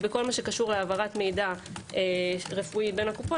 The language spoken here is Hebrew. ובכל מה שקשור להעברת מידע רפואי בין הקופות,